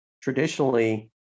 Traditionally